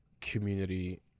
community